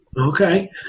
Okay